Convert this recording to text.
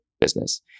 business